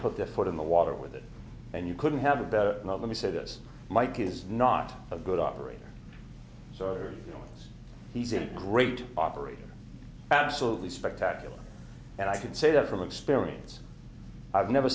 put their foot in the water with it and you couldn't have a better not let me say this mike is not a good operator sorry he's a great operator absolutely spectacular and i can say that from experience i've never